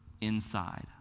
inside